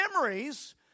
memories